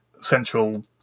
central